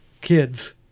kids